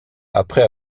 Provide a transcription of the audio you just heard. après